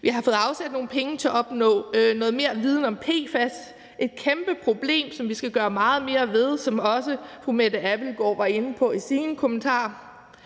Vi har fået afsat nogle penge til at opnå noget mere viden om PFAS. Det er et kæmpeproblem, som vi skal gøre meget mere ved, som også fru Mette Abildgaard var inde på i sine kommentarer.